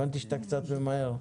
הבנתי שאתה קצת ממהר.